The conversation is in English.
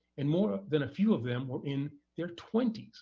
and more than a few of them were in their twenty s.